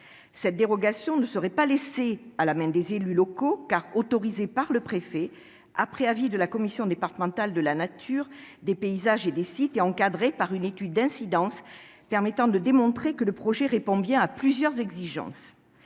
Cette dérogation ne serait pas laissée à la main des élus locaux : elle serait autorisée par le préfet, après avis de la commission départementale de la nature, des paysages et des sites, et encadrée par une étude d'incidence permettant de démontrer que le projet répond bien à plusieurs exigences.